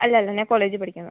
അല്ല അല്ല ഞാൻ കോളേജിൽ പഠിക്കുന്നു